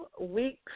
weeks